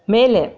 ಮೇಲೆ